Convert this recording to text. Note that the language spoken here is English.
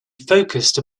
focused